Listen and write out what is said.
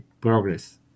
progress